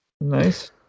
Nice